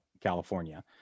California